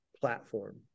platform